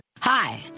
Hi